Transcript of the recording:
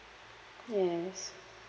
yes